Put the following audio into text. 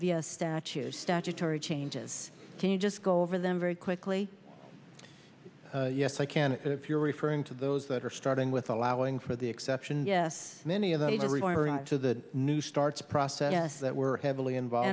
the statute statutory changes to just go over them very quickly yes i can if you're referring to those that are starting with allowing for the exceptions yes many of them are required to the new starts process that we're heavily involved